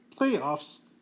playoffs